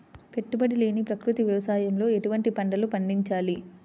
పెట్టుబడి లేని ప్రకృతి వ్యవసాయంలో ఎటువంటి పంటలు పండించాలి?